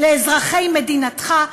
לאזרחי מדינתך,